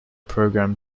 program